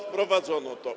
Wprowadzono to.